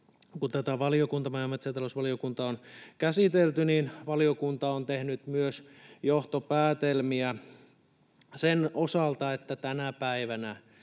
kun tätä maa- ja metsäta-lousvaliokunta on käsitellyt, valiokunta on tehnyt myös johtopäätelmiä sen osalta, että tänä päivänä